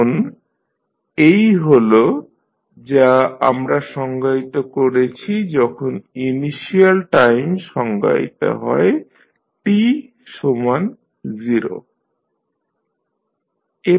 এখন এই হল যা আমরা সংজ্ঞায়িত করেছি যখন ইনিশিয়াল টাইম সংজ্ঞায়িত হয় t সমান 0